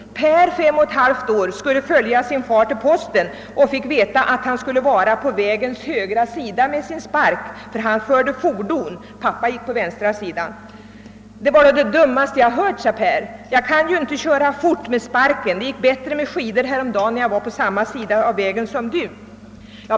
Pär, 52/2 år, skulle följa sin far till posten och fick veta att han skulle vara på vägens högra sida med sin spark, ty han förde fordon. Pappa gick på vänstra sidan. Det var det dummaste jag hört, sade Pär. Jag kan ju inte köra fort med sparken. Det gick bättre med skidor häromdagen, och då skulle jag vara på samma sida som Du.